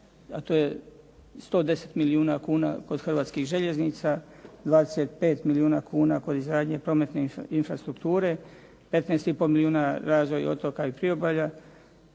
a to je 110 milijuna kuna od Hrvatskih željeznica, 25 milijuna kuna kod izgradnje prometne infrastrukture, 15,5 milijuna razvoj otoka i priobalja,